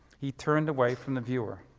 he turned away from the viewer.